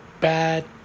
bad